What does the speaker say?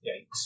Yikes